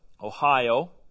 Ohio